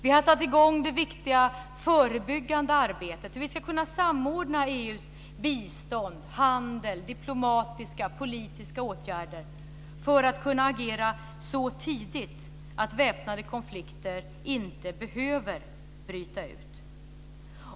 Vi har satt i gång det viktiga förebyggande arbetet - hur vi ska kunna samordna EU:s bistånd, handel, diplomatiska och politiska åtgärder - för att kunna agera så tidigt att väpnade konflikter inte behöver bryta ut.